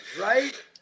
Right